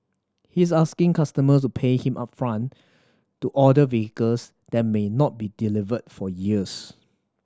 he's asking customers to pay him upfront to order vehicles that may not be delivered for years